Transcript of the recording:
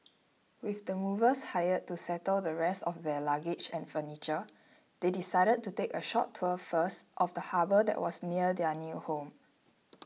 with the movers hired to settle the rest of their luggage and furniture they decided to take a short tour first of the harbour that was near their new home